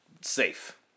Safe